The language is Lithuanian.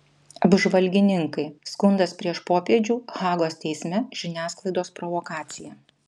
apžvalgininkai skundas prieš popiežių hagos teisme žiniasklaidos provokacija